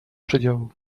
przedziału